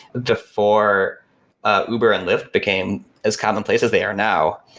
before ah uber and lyft became as commonplace as they are now.